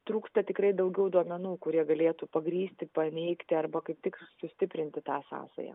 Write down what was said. trūksta tikrai daugiau duomenų kurie galėtų pagrįsti paneigti arba kaip tik sustiprinti tą sąsają